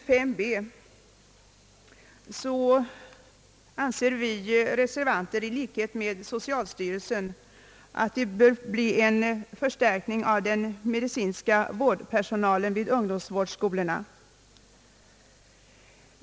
I b framhåller reservanterna i likhet med socialstyrelsen att det bör ske en förstärkning av den medicinska vårdpersonalen vid ungdomsvårdsskolorna.